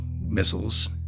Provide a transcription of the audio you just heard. missiles